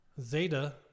Zeta